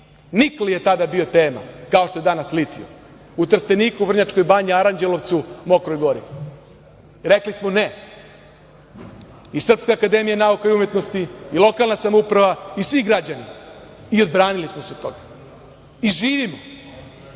Nikl je tada bio tema, kao što je danas litijum u Trsteniku, u Vrnjačkoj Banji, Aranđelovcu, Mokroj Gori. Rekli smo - ne i Srpska akademija nauka i umetnosti i lokalna samouprava i svi građani i odbranili smo se toga i živimo.